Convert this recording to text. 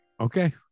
Okay